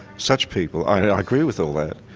such people i agree with all that,